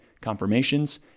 confirmations